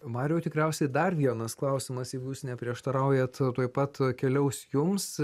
mariau tikriausiai dar vienas klausimas jeigu jūs neprieštaraujat tuoj pat keliaus jums